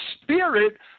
spirit